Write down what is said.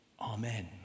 Amen